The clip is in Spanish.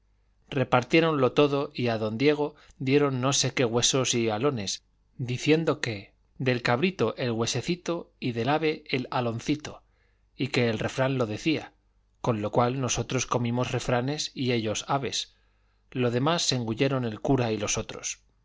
afligir repartiéronlo todo y a don diego dieron no sé qué huesos y alones diciendo que del cabrito el huesecito y del ave el aloncito y que el refrán lo decía con lo cual nosotros comimos refranes y ellos aves lo demás se engulleron el cura y los otros